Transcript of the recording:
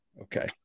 Okay